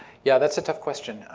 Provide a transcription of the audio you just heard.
yeah. that's a tough question.